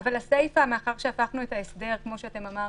אבל הסיפה, מאחר שהפכנו את ההסדר, כמו שאמרתם,